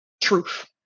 truth